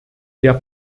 der